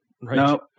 No